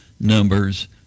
numbers